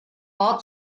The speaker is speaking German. war